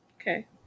Okay